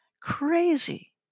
crazy